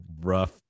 rough